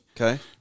okay